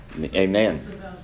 Amen